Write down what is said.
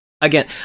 again